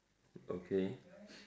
okay